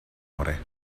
amore